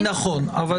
העבירות.